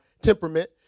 temperament